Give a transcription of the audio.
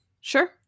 Sure